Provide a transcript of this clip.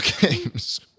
games